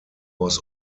was